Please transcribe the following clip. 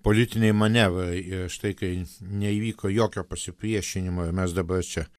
politiniai manevrai ir štai kai neįvyko jokio pasipriešinimo ir mes dabar čia